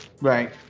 Right